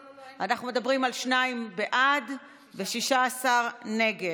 אנחנו עוברים להצבעה, בעד או נגד.